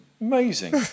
Amazing